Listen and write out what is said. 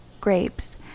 grapes